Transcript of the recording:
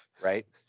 right